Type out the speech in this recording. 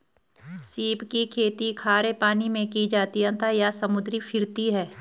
सीप की खेती खारे पानी मैं की जाती है अतः यह समुद्री फिरती है